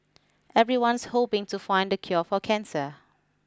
everyone's hoping to find the cure for cancer